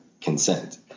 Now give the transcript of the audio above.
consent